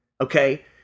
Okay